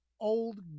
old